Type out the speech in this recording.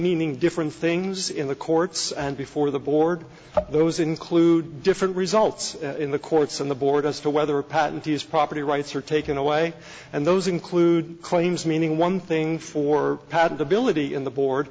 meaning different things in the courts and before the board those include different results in the courts and the board as to whether a patent is property rights are taken away and those include claims meaning one thing for patentability in the board